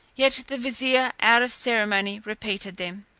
yet the vizier out of ceremony, repeated them.